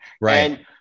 Right